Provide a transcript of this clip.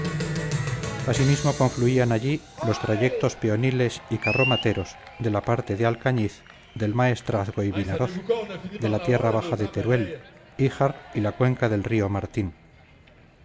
valencia asimismo confluían allí los trayectos peoniles y carromateros de la parte de alcañiz del maestrazgo y vinaroz de la tierra baja de teruel híjar y la cuenca del río martín